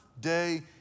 day